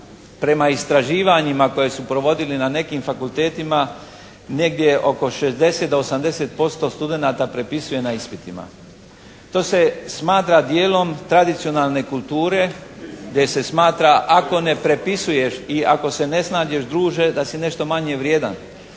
prema istraživanjima koja su provodili na nekim fakultetima negdje oko 60 do 80% studenata prepisuje na ispitima. To se smatra dijelom tradicionalne kulture, gdje se smatra ako ne prepisuješ i ako se ne snađeš druže da si nešto manje vrijedan.